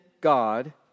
God